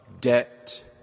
debt